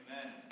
Amen